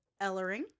Ellering